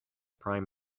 prime